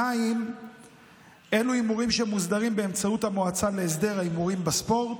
2. אלה הימורים שמוסדרים על ידי המועצה להסדר ההימורים בספורט,